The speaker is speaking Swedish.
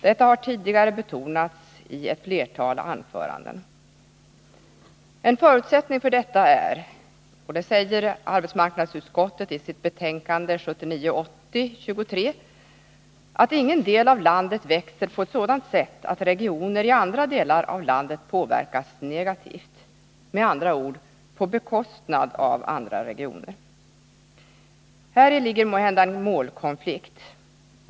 Detta har tidigare betonats i ett flertal anföranden. En förutsättning för detta är, som arbetsmarknadsutskottet säger i sitt betänkande 1979/80:23, ”att ingen del av landet växer på ett sådant sätt att regioner i andra delar av landet påverkas negativt” — med andra ord på bekostnad av andra regioner. Häri ligger måhända en målkonflikt.